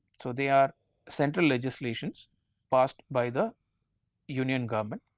so, they are central legislations passed by the union government